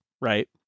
right